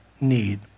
need